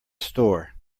store